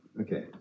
Okay